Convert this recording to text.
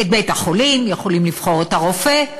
בית-החולים, יכולים לבחור את הרופא,